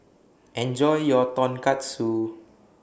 Enjoy your Tonkatsu